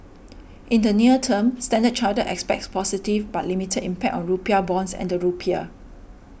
in the near term Standard Chartered expects positive but limited impact on rupiah bonds and the rupiah